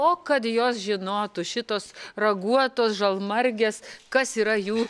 o kad jos žinotų šitos raguotos žalmargės kas yra jų